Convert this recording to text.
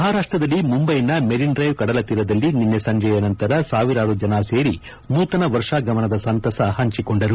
ಮಹಾರಾಷ್ಟದಲ್ಲಿ ಮುಂಬೈನ marine drive ಕದಲ ತೀರದಲ್ಲಿ ನಿನ್ನೆ ಸಂಜೆಯ ನಂತರ ಸಾವಿರಾರು ಜನ ಸೇರಿ ನೂತನ ವರ್ಷಾಗಮನದ ಸಂತಸ ಹಂಚಿಕೊಂಡರು